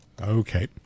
Okay